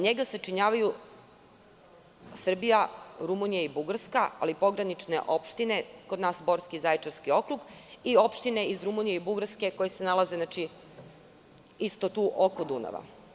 Njega sačinjavaju Srbija, Rumunija i Bugarska, ali i pogranične opštine, kod nas Borski i Zaječarski okrug i opštine iz Rumunije i Bugarske koje se nalaze tu, oko Dunava.